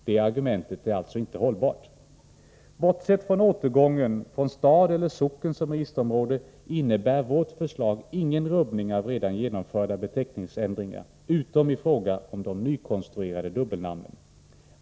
Det argumentet är alltså inte hållbart. Bortsett från återgången från stad eller socken som registerområde innebär vårt förslag ingen rubbning av redan genomförda beteckningsändringar, utom i fråga om de nykonstruerade dubbelnamnen.